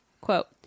quote